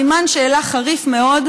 סימן שאלה חריף מאוד,